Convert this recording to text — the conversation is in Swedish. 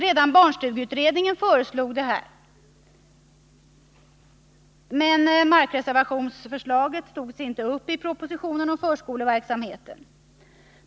Redan barnstugeutredningen föreslog detta, men markreservationsförslaget togs inte upp i propositionen om förskoleverksamheten.